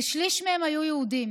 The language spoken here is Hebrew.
כשליש מהם היו יהודים.